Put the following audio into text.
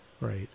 Right